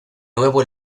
nuevo